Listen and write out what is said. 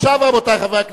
רבותי חברי הכנסת,